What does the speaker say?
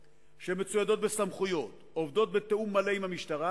שמצוידות בסמכויות ועובדות בתיאום מלא עם המשטרה,